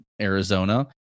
Arizona